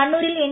കണ്ണൂരിൽ എൻ